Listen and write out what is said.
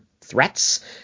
threats